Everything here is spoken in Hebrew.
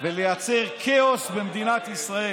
ולייצר כאוס במדינת ישראל.